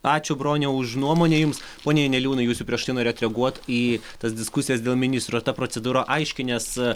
ačiū broniau už nuomonę jums pone janeliūnai jūs jau prieš tai norėjot reaguot į tas diskusijas dėl ministro ar ta procedūra aiški nes